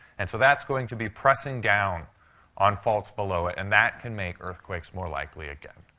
and so that's going to be pressing down on faults below it. and that can make earthquakes more likely again.